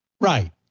right